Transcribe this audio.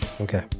okay